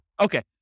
Okay